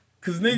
Cause